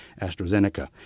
AstraZeneca